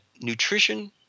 nutrition –